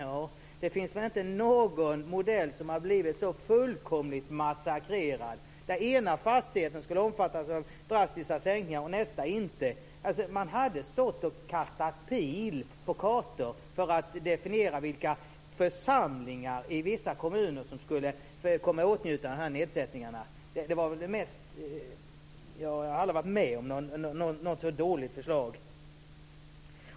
Ja, det finns väl inte någon modell som har blivit så fullkomligt massakrerad. Enligt den skulle den ena fastigheten omfattas av drastiska sänkningar men den andra inte. Man hade stått och kastat pil på kartor för att definiera vilka församlingar i vissa kommuner som skulle komma i åtnjutande av nedsättningarna. Jag har aldrig varit med om ett så dåligt förslag.